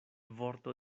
vorto